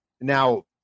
Now